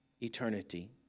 eternity